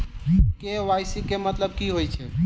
KYC केँ मतलब की होइ छै?